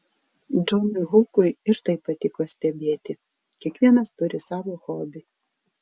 džonui hukui ir tai patiko stebėti kiekvienas turi savo hobį